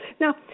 Now